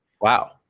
Wow